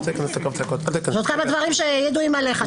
הדברים שידועים עליך.